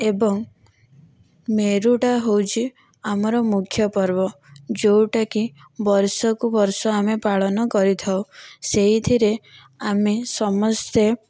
ଏବଂ ମେରୁଟା ହେଉଛି ଆମର ମୁଖ୍ୟ ପର୍ବ ଯେଉଁଟାକି ବର୍ଷ କୁ ବର୍ଷ ଆମେ ପାଳନ କରିଥାଉ ସେଥିରେ ଆମେ ସମସ୍ତେ